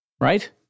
Right